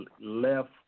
left